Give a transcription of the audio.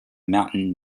mountain